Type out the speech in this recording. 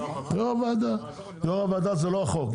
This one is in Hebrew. יו"ר ועדה זה לא חוק.